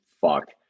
fuck